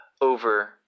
over